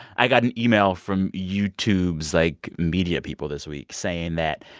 i got an email from youtube's, like, media people this week saying that,